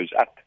up